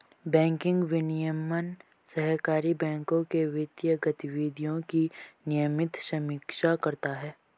banking विनियमन सहकारी बैंकों के वित्तीय गतिविधियों की नियमित समीक्षा करता है